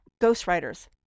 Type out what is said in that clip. ghostwriters